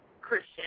Christian